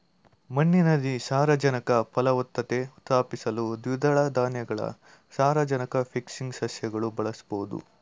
ಮಣ್ಣಿನ ಸಾರಜನಕ ಫಲವತ್ತತೆ ಸ್ಥಾಪಿಸಲು ದ್ವಿದಳ ಧಾನ್ಯದ ಸಾರಜನಕ ಫಿಕ್ಸಿಂಗ್ ಸಸ್ಯವನ್ನು ಬಳಸ್ಬೋದು